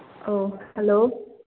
ꯑꯣ ꯍꯂꯣ